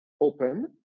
open